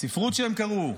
בספרות שהם קראו,